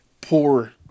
poor